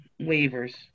Waivers